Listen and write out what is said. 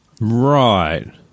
Right